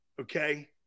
Okay